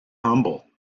humble